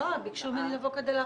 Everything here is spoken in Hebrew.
מי נמנע?